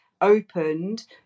opened